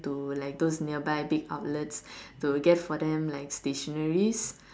to like those nearby big outlets to get for them like stationery